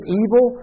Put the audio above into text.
evil